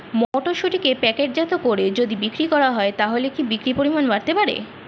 মটরশুটিকে প্যাকেটজাত করে যদি বিক্রি করা হয় তাহলে কি বিক্রি পরিমাণ বাড়তে পারে?